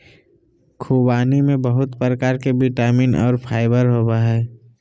ख़ुबानी में बहुत प्रकार के विटामिन और फाइबर होबय हइ